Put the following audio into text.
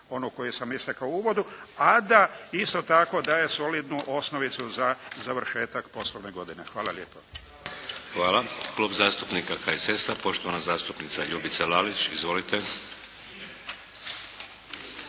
onu koju sam istakao u uvodu, a da, isto tako da je solidno osnovicu za završetak poslovne godine. Hvala lijepo. **Šeks, Vladimir (HDZ)** Hvala. Klub zastupnika HSS-a, poštovana zastupnika Ljubica Lalić. Izvolite.